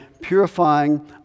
purifying